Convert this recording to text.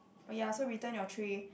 oh ya so return your tray